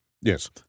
yes